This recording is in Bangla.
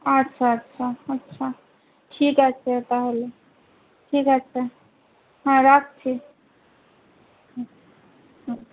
আচ্ছা আচ্ছা আচ্ছা ঠিক আছে তাহলে ঠিক আছে হ্যাঁ রাখছি হুম হুম